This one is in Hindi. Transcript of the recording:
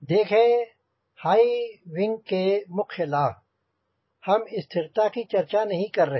देखें हाईविंग के मुख्य लाभ हम स्थिरता की चर्चा नहीं कर रहे हैं